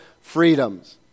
freedoms